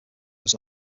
was